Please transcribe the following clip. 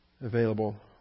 available